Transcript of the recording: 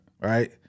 Right